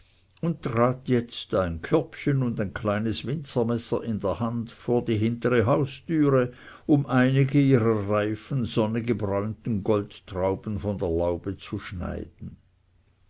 und trat jetzt ein körbchen und ein kleines winzermesser in der hand vor die hintere haustüre um einige ihrer reifen sonnegebräunten goldtrauben von der laube zu schneiden